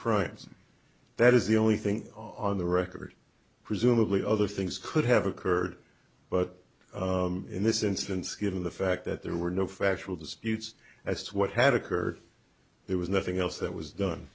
crimes that is the only thing on the record presumably other things could have occurred but in this instance given the fact that there were no factual disputes as to what had occurred there was nothing else that was done